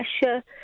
pressure